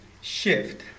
shift